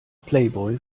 playboy